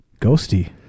ghosty